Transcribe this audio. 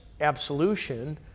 absolution